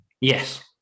yes